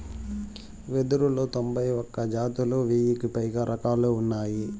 వెదురులో తొంభై ఒక్క జాతులు, వెయ్యికి పైగా రకాలు ఉన్నాయి